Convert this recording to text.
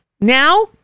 now